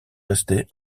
resté